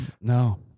No